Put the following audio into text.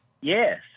Yes